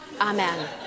Amen